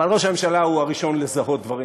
אבל ראש הממשלה הוא הראשון לזהות דברים,